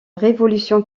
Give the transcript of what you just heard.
révolution